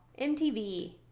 MTV